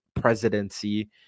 presidency